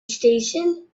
station